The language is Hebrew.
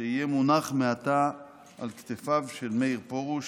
שיהיה מונח מעתה על כתפיו של מאיר פרוש,